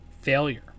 failure